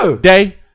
day